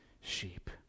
sheep